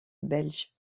belge